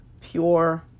pure